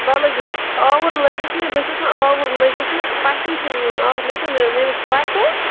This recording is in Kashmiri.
بہٕ لٔجِس آوُر لٔجِس نا بہٕ چھَس نا آوُر لٔجس نا پٔژھٮ۪ن چھُم یُن اَز چھم یُن ییٚمِس پۄپھِ